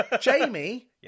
Jamie